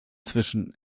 zwischen